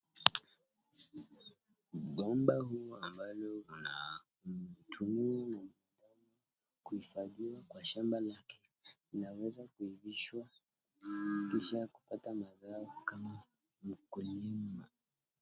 ugomba huu ambao kuna mtu kuifanyia kwa shamba lake inaweza kuivishwa kisha kupata mazao kama mkulima.